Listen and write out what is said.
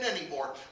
anymore